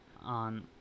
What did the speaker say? on